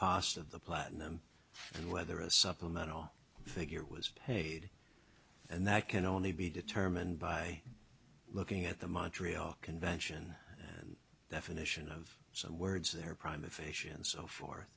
cost of the platinum and whether a supplemental figure was paid and that can only be determined by looking at the montreal convention and definition of some words there prime aphasia and so forth